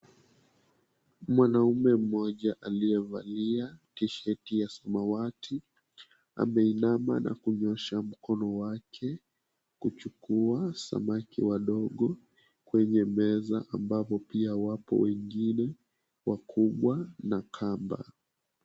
Mwanaume mmoja aliyevalia t-shirt ya samawati, ameinama na kunyosha mkono wake kuchukua samaki wadogo kwenye meza ambapo pia wapo wengine wakubwa na kamba.